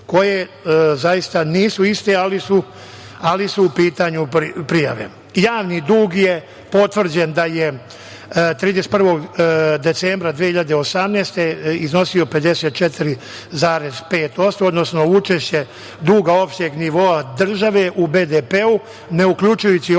koje zaista nisu iste, ali su u pitanju prijave. Javni dug je potvrđen da je 31. decembra 2018. godine iznosi 54,5%, odnosno učešće duga opšteg nivoa države u BDP ne uključujući obaveze